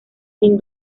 sin